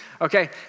Okay